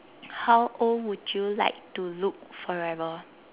how old would you like to look forever